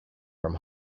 from